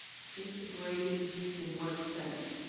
integrated in what sense?